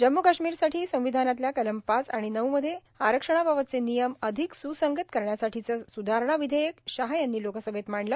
जम्मू काश्मीरसाठी संविधानातल्या कलम पाच आणि नऊ मध्ये आरक्षणाबाबतचे नियम अधिक स्संगत करण्यासाठीचं सुधारणा विधेयक शहा यांनी लोकसभेत सादर केलं